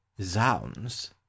Zounds